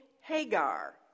Hagar